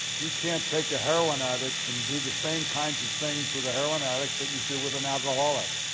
you can't take a heroin addict and do the same kinds of things with the heroin addict that you do with an alcoholic.